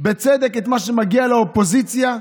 בצדק את מה שמגיע לאופוזיציה,